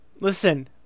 Listen